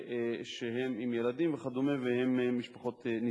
שהם עם ילדים, וכדומה, והם ממשפחות נזקקות.